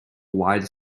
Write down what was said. wide